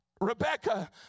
Rebecca